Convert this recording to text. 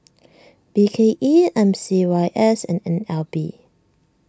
B K E M C Y S and N L B